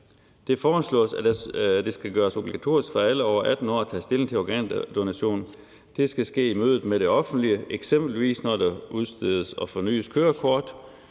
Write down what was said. Det foresloges, at det skal gøres obligatorisk for alle over 18 år at tage stilling til organdonation. Det skal ske i mødet med det offentlige, eksempelvis når der udstedes og fornyes kørekort,